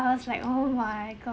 I was like oh my gosh